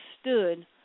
stood